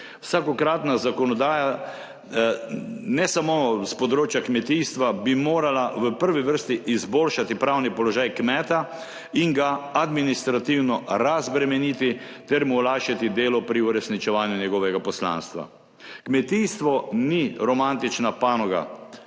Vsakokratna zakonodaja, ne samo s področja kmetijstva, bi morala v prvi vrsti izboljšati pravni položaj kmeta in ga administrativno razbremeniti ter mu olajšati delo pri uresničevanju njegovega poslanstva. Kmetijstvo ni romantična panoga,